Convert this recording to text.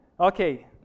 Okay